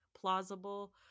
plausible